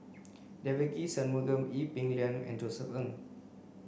Devagi Sanmugam Ee Peng Liang and Josef Ng